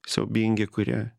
siaubingi kurie